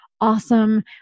awesome